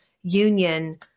union